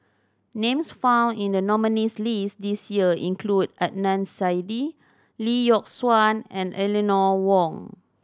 names found in the nominees' list this year include Adnan Saidi Lee Yock Suan and Eleanor Wong